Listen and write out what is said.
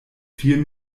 viel